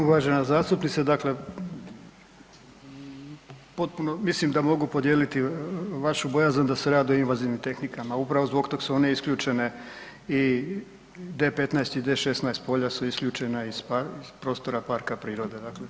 Uvažena zastupnice, dakle potpuno, mislim da mogu podijeliti vašu bojazan da se radi o invazivnim tehnikama, upravo zbog toga su one isključene i D15 i D16 polja su isključena iz prostora parka prirode, dakle.